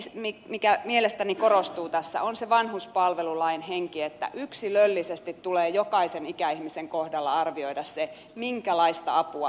se mikä mielestäni korostuu tässä on se vanhuspalvelulain henki että yksilöllisesti tulee jokaisen ikäihmisen kohdalla arvioida se minkälaista apua hän tarvitsee